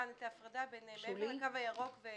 ההפרדה בין הקו הירוק.